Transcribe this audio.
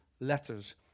letters